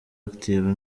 active